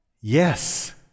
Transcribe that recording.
yes